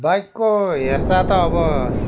बाइकको हेरचाह त अब